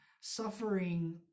suffering